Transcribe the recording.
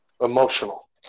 emotional